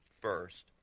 first